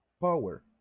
power